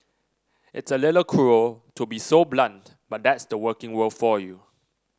it's a little cruel to be so blunt but that's the working world for you